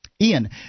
Ian